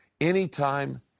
anytime